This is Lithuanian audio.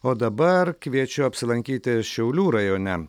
o dabar kviečiu apsilankyti šiaulių rajone